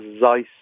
Zeiss